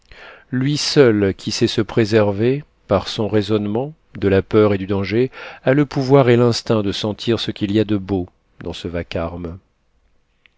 lui seul qui sait se préserver par son raisonnement de la peur et du danger a le pouvoir et l'instinct de sentir ce qu'il y a de beau dans ce vacarme